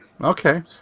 Okay